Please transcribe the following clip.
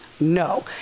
No